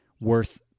worth